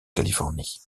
californie